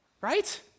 right